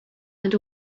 and